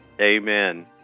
Amen